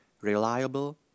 reliable